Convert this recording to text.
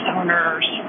owners